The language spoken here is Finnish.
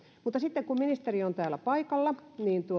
kun ministeri on täällä paikalla